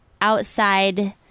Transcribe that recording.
outside